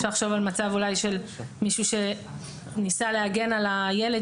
אפשר לחשוב אולי על מצב של מישהו שניסה להגן על הילד